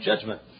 judgment